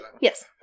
Yes